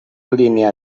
línia